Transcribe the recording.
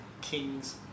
Kings